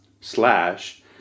slash